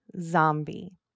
Zombie